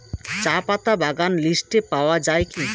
চাপাতা বাগান লিস্টে পাওয়া যায় কি?